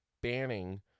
banning